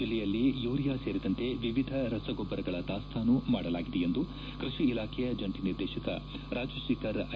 ಜಲ್ಲೆಯಲ್ಲಿ ಯೂರಿಯಾ ಸೇರಿದಂತೆ ವಿವಿಧ ರಸಗೊಬ್ಬರಗಳ ದಾಸ್ತಾನು ಮಾಡಲಾಗಿದೆ ಎಂದು ಕೃಷಿ ಇಲಾಖೆಯ ಜಂಟಿ ನಿರ್ದೇಶಕ ರಾಜಶೇಖರ್ ಐ